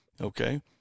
okay